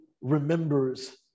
remembers